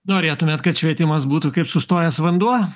norėtumėt kad švietimas būtų kaip sustojęs vanduo